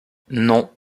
non